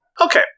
Okay